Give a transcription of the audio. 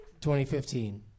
2015